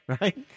right